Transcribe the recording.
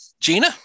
Gina